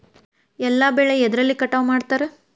ಎಲ್ಲ ಬೆಳೆ ಎದ್ರಲೆ ಕಟಾವು ಮಾಡ್ತಾರ್?